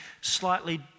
slightly